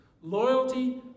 Loyalty